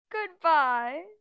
Goodbye